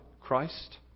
Christ